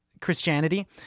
Christianity